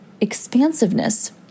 expansiveness